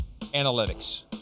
analytics